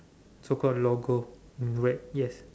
so called logo in red yes